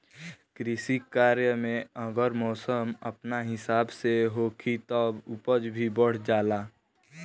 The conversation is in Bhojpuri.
कृषि कार्य में अगर मौसम अपना हिसाब से होखी तब उपज भी बढ़ जाला